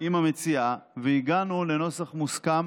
עם המציעה והגענו לנוסח מוסכם,